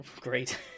great